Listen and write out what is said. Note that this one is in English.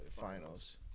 finals